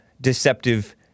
deceptive